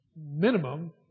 minimum